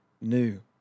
new